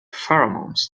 pheromones